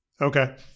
Okay